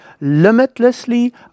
limitlessly